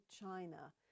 China